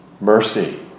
mercy